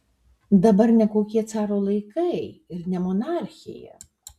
dabar ne kokie caro laikai ir ne monarchija